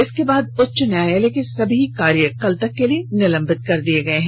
इसके बाद उच्चन्यायालय के सभी कार्य कल तक के लिए निलंबित कर दिये गये हैं